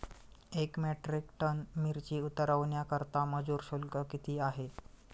एक metric ton मिरची उतरवण्याकरता मजूर शुल्क किती आहे?